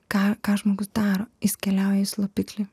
ką ką žmogus daro jis keliauja į slopiklį